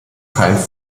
keinen